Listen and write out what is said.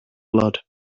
blood